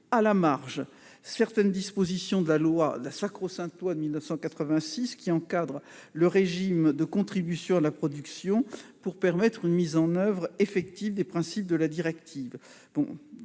à la marge certaines dispositions de la sacro-sainte loi de 1986 qui encadre le régime de contribution à la production, pour permettre une mise en oeuvre effective des principes de la directive.